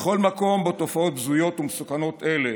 בכל מקום שבו תופעות בזויות ומסוכנות אלה